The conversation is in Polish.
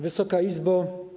Wysoka Izbo!